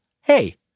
hey